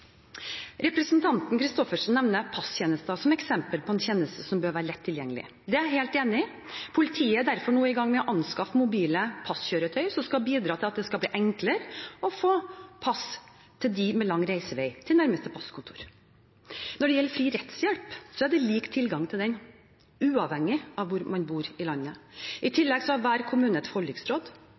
Representanten Christoffersen nevner passtjenester som eksempel på en tjeneste som bør være lett tilgjengelig. Det er jeg helt enig i. Politiet er derfor nå i gang med å anskaffe mobile passkjøretøy som skal bidra til at det skal bli enklere å få pass for dem med lang reisevei til nærmeste passkontor. Når det gjelder fri rettshjelp, har man lik tilgang til den uavhengig av hvor man bor i landet. I tillegg har hver kommune et forliksråd.